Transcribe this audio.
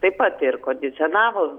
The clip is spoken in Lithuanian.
taip pat ir kondicionavo